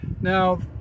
Now